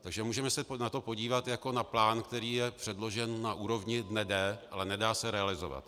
Takže můžeme se na to podívat jako na plán, který je předložen na úrovni dne D, ale nedá se realizovat.